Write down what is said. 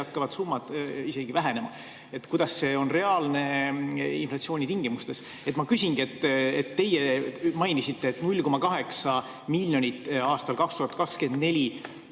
hakkavad summad isegi vähenema. Kuidas see on reaalne inflatsiooni tingimustes? Te mainisite, et 0,8 miljonit aastal 2024